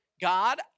God